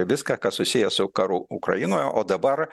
viską kas susiję su karu ukrainoje o dabar